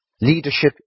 Leadership